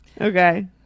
okay